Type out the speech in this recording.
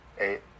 Eight